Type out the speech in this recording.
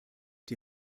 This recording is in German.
die